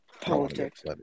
politics